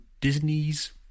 disney's